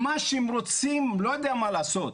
ממש אם רוצים, לא יודע מה לעשות,